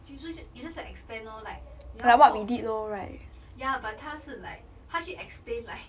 you just you just expand lor like 你要扩 ya but 他是 like 他去 explain like